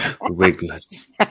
Wigless